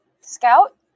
Scout